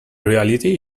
reality